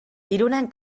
irunen